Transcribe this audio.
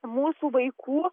mūsų vaikų